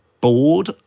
bored